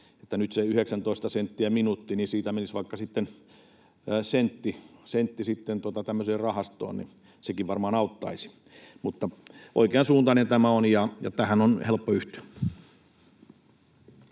että nyt siitä 19 sentistä minuutilta menisi vaikka sitten sentti tämmöiseen rahastoon, sekin varmaan auttaisi. Mutta oikeansuuntainen tämä on, ja tähän on helppo yhtyä.